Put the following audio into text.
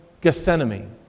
Gethsemane